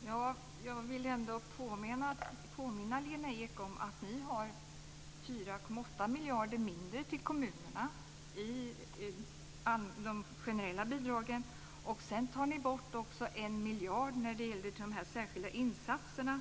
Fru talman! Jag vill ändå påminna Lena Ek om att ni har 4,8 miljarder mindre till kommunerna i de generella bidragen. Sedan tar ni också bort en miljard när det gäller de särskilda insatserna.